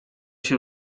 się